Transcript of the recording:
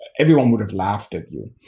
everyone would've laughed at you.